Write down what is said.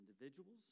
individuals